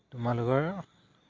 তোমালোকৰ